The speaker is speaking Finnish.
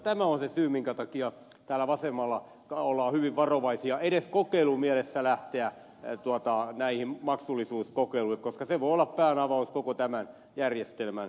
tämä on se syy jonka takia täällä vasemmalla ollaan hyvin varovaisia edes kokeilumielessä lähtemään näihin maksullisuuskokeiluihin koska se voi olla päänavaus koko tämän järjestelmän purkamiselle